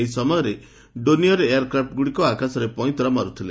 ଏହି ସମୟ ମଧ୍ଧରେ ଡୁନିୟର୍ ଏୟାରକ୍ରାପ୍ଣଗୁଡ଼ିକ ଆକାଶରେ ପଇଁତରା ମାରୁଥିଲେ